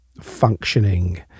functioning